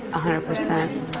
a hundred percent.